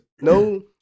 no